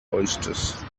oysters